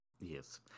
Yes